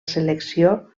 selecció